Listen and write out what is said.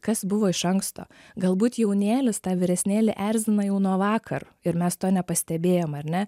kas buvo iš anksto galbūt jaunėlis tą vyresnėlį erzina jau nuo vakar ir mes to nepastebėjom ar ne